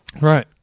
Right